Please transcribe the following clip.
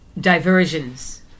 diversions